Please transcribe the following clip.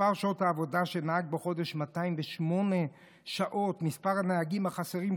מספר שעות העבודה בחודש של נהג הוא 208. מספר הנהגים החסרים,